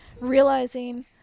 realizing